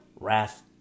wrath